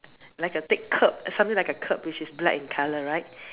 like a thick curb something like a curb which is black in color right